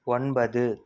ஒன்பது